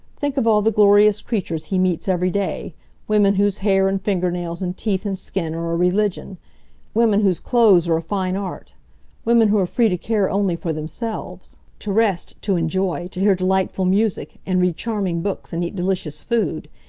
think of all the glorious creatures he meets every day women whose hair, and finger-nails and teeth and skin are a religion women whose clothes are a fine art women who are free to care only for themselves to rest, to enjoy, to hear delightful music, and read charming books, and eat delicious food.